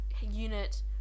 unit